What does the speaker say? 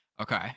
Okay